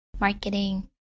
marketing